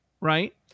Right